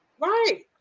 Right